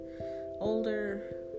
older